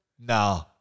Nah